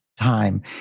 time